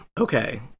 Okay